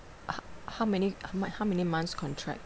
h~ how many how many months contract